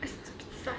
it's